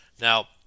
Now